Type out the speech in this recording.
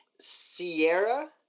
Sierra